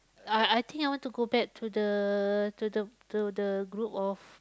I I think I want to go back to the to the to the group of